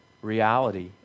reality